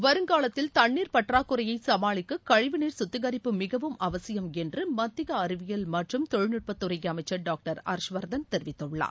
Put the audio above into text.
வருங்காலத்தில் தண்ணீர் பற்றறக்குறையை சமாளிக்க கழிவுநீர் சுத்திகரிப்பு மிகவும் அவசியம் என்று மத்திய அறிவியல் மற்றும் தொழில்நுட்பத்துறை அமைச்சர் டாக்டர் ஹரஷ்வர்தன் தெரிவித்துள்ளார்